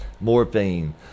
morphine